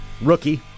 rookie